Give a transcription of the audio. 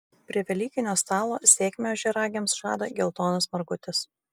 prie velykinio stalo sėkmę ožiaragiams žada geltonas margutis